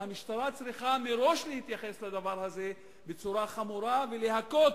והמשטרה צריכה מראש להתייחס לדבר הזה בצורה חמורה ולהכות